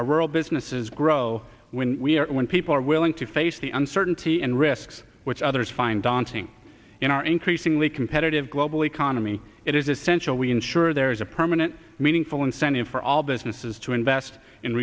our rural businesses grow when we are when people are willing to face the uncertainty and risks which others find dancing in our increasingly competitive global economy it is essential we ensure there is a permanent meaningful incentive for all businesses to invest in